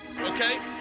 okay